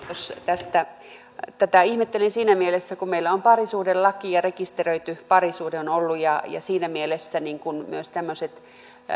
tästä tätä ihmettelin siinä mielessä kun meillä on parisuhdelaki ja rekisteröity parisuhde on ollut ja siinä mielessä myös tämmöiset